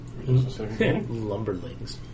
Lumberlings